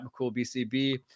McCoolBCB